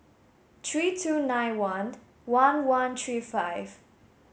three two nine one one one three five